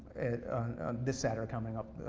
this saturday coming up,